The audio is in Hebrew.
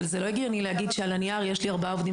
אבל זה לא הגיוני להגיד שעל הנייר יש לי ארבעה עובדים